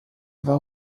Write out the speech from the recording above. war